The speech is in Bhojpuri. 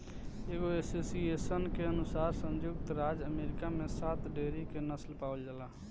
एगो एसोसिएशन के अनुसार संयुक्त राज्य अमेरिका में सात डेयरी के नस्ल पावल जाला